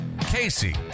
Casey